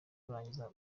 kurangiza